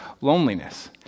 loneliness